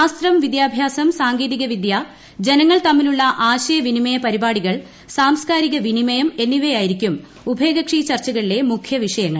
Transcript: ശാസ്ത്രം വിദ്യാഭ്യാസം സാങ്കേതികവിദ്യ ജനങ്ങൾ തമ്മിലുള്ള ആശയവിനിമയ പരിപാടികൾ സാംസ്ക്കാരിക വിനിമയം എന്നിവയായിരിക്കും ഉഭയകക്ഷി ചർച്ചകളിലെ മുഖ്യവിഷയങ്ങൾ